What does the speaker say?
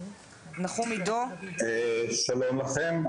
שלום לכם.